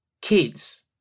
kids